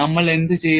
നമ്മൾ എന്തു ചെയ്തു